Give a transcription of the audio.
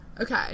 okay